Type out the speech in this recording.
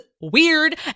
weird